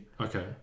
Okay